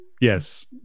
Yes